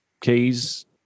keys